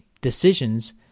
decisions